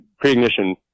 pre-ignition